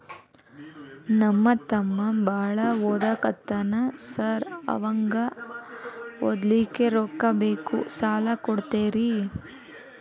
ನಮ್ಮ ತಮ್ಮ ಬಾಳ ಓದಾಕತ್ತನ ಸಾರ್ ಅವಂಗ ಓದ್ಲಿಕ್ಕೆ ರೊಕ್ಕ ಬೇಕು ಸಾಲ ಕೊಡ್ತೇರಿ?